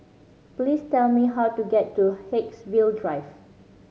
please tell me how to get to Haigsville Drive